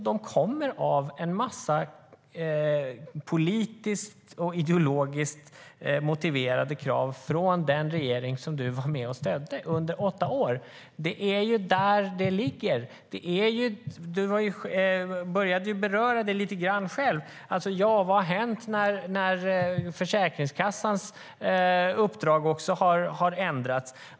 De kommer av en massa politiskt och ideologiskt motiverade krav från den regering som du var med och stödde under åtta år. Det är ju där det ligger. Du började beröra det lite grann själv. Vad har hänt när Försäkringskassans uppdrag har ändrats?